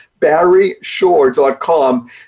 Barryshore.com